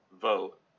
vote